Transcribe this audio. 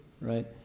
right